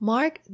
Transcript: Mark